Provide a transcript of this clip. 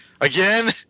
again